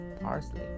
parsley